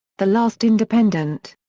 the last independent.